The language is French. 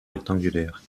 rectangulaire